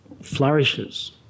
flourishes